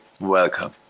welcome